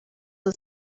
was